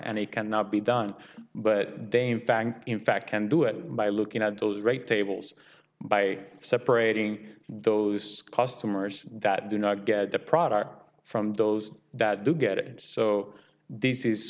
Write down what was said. and it cannot be done but dame fagged in fact can do it by looking at those rate tables by separating those customers that do not get the product from those that do get it so this is